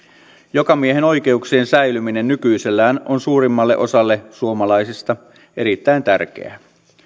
jokamiehenoikeuksien säilyminen nykyisellään on suurimmalle osalle suomalaisista erittäin tärkeää